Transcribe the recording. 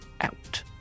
out